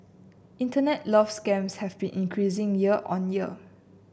internet love scams have been increasing year on year